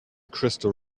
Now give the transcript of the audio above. crystal